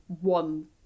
one